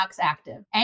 Active